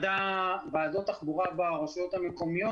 ועדות תחבורה ברשויות המקומיות.